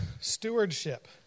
stewardship